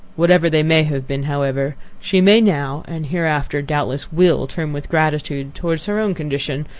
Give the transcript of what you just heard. whatever they may have been, however, she may now, and hereafter doubtless will turn with gratitude towards her own condition,